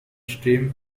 stream